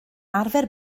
arfer